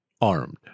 armed